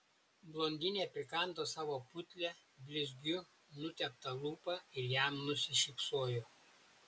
blondinė prikando savo putlią blizgiu nuteptą lūpą ir jam nusišypsojo